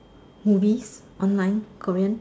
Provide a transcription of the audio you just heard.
movies online Korean